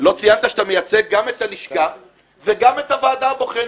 לא ציינת שאתה מייצג גם את הלשכה וגם את הוועדה הבוחנת.